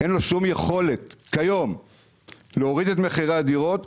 אין לו שום יכולת כיום להוריד את מחירי הדירות,